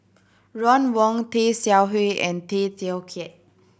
Ron Wong Tay Seow Huah and Tay Teow Kiat